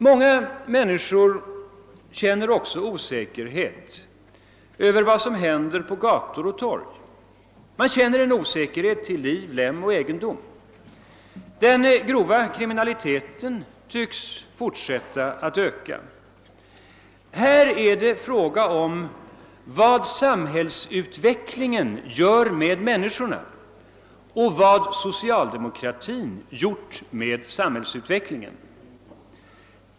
Många människor känner också osäkerhet inför vad som händer på gator och torg. Man känner en otrygghet till liv, lem och egendom. Den grova kriminaliteten tycks fortsätta att öka. Här är det fråga om vad samhällsutvecklingen gör med människorna och vad socialdemokratin gjort med samhällsutvecklingen.